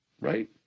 right